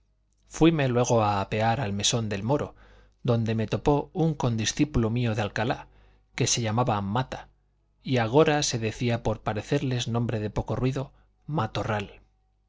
posadas fuime luego a apear al mesón del moro donde me topó un condiscípulo mío de alcalá que se llamaba mata y agora se decía por parecerle nombre de poco ruido matorral